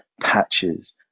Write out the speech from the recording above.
patches